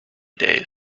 days